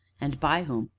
and by whom,